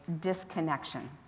disconnection